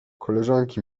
koleżanki